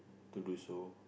to do so